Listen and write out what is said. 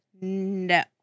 no